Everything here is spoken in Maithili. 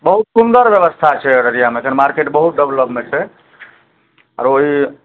बहुत सुन्दर व्यवस्था छै अररियामे एकर मार्केट बहुत डेवलपमे छै आओर ओहि